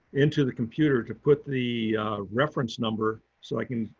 into the computer to put the reference number so i can,